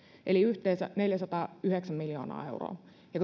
eli yhteensä neljäsataayhdeksän miljoonaa euroa ja